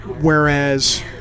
whereas